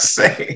say